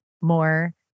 more